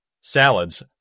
Salads